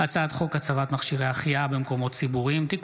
הצעת חוק הצבת מכשירי החייאה במקומות ציבוריים (תיקון